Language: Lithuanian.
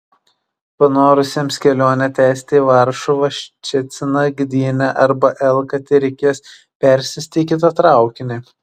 panorusiems kelionę tęsti į varšuvą ščeciną gdynę arba elką tereikės persėsti į kitą traukinį